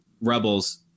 Rebels